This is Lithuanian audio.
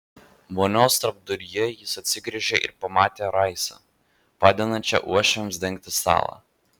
vonios tarpduryje jis atsigręžė ir pamatė raisą padedančią uošviams dengti stalą